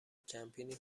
کمپینی